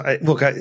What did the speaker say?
look